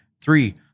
three